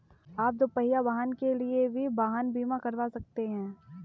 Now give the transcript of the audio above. आप दुपहिया वाहन के लिए भी वाहन बीमा करवा सकते हैं